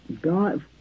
God